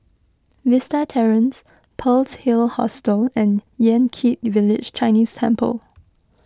Vista Terrace Pearl's Hill Hostel and Yan Kit Village Chinese Temple